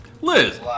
Liz